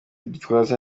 gitwaza